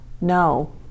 No